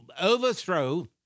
overthrow